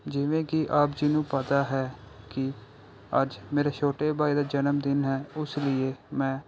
ਜਿਵੇਂ ਕਿ ਆਪ ਜੀ ਨੂੰ ਪਤਾ ਹੈ ਕਿ ਅੱਜ ਮੇਰੇ ਛੋਟੇ ਬਾਈ ਦਾ ਜਨਮਦਿਨ ਹੈ ਉਸ ਲੀਏ ਮੈਂ